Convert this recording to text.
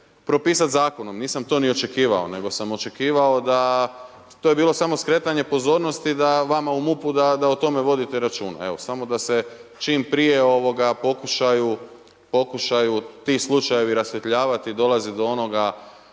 propisati zakonom. Nisam to niti očekivao, nego sam očekivao, to je bilo samo skretanje pozornosti vama u MUP-u da o tome vodite računa. Evo, samo da se čim prije pokušaju ti slučajevi rasvjetljavati i dolaziti do onoga